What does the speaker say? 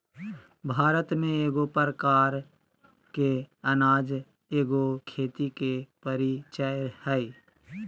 भारत में एगो प्रकार के अनाज एगो खेती के परीचय हइ